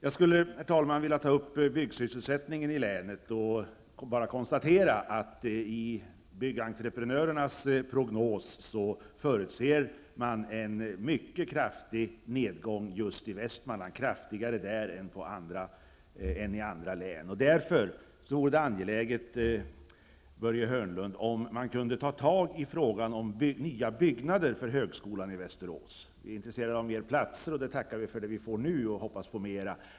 Jag skulle vilja ta upp frågan om byggsysselsättningen i länet. I byggentreprenörernas prognos förutses en mycket kraftig nedgång just i Västmanland, kraftigare där än i andra län. Därför vore det angeläget, Börje Hörnlund, om man kunde ta tag i frågan om nya byggnader för högskolan i Västerås. Vi är intresserade av fler platser, och vi tackar för vad vi får nu och hoppas att få fler.